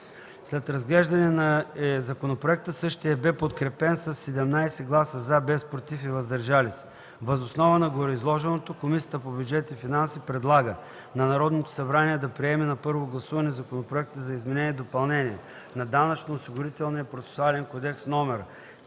След разглеждане на законопроекта, същият бе подкрепен със 17 гласа „за”, без „против” и „въздържали се”. Въз основа на гореизложеното Комисията по бюджет и финанси предлага на Народното събрание да приеме на първо гласуване Законопроекта за изменение и допълнение на Данъчно-осигурителния процесуален кодекс,